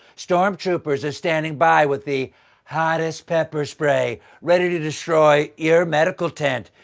stormtroopers are standing by with the hottest pepper spray, ready to destroy your medical tent.